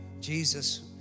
Jesus